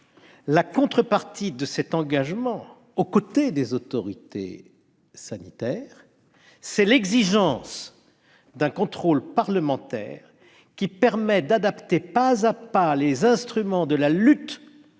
la contrepartie de cet engagement aux côtés des autorités sanitaires, c'est l'exigence d'un contrôle parlementaire qui permet d'adapter, pas à pas, les instruments de la lutte